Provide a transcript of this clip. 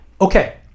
okay